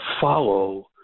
follow